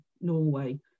Norway